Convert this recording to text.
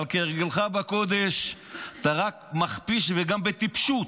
אבל כהרגלך בקודש אתה רק מכפיש, וגם בטיפשות.